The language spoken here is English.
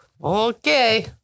Okay